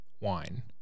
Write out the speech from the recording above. wine